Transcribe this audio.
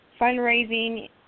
fundraising